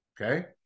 Okay